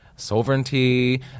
Sovereignty